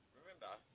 remember